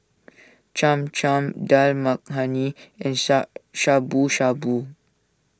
Cham Cham Dal Makhani and Sha Shabu Shabu